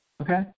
Okay